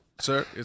sir